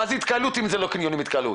מה זה התקהלות אם קניונים זו לא התקהלות?